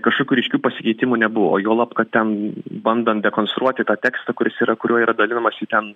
kažkokių ryškių pasikeitimų nebuvo o juolab kad ten bandant dekonstruoti tą tekstą kuris yra kuriuo yra dalinamasi ten